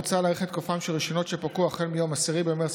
מוצע להאריך את תוקפם של רישיונות שפקעו החל מיום 10 במרץ